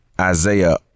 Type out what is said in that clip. Isaiah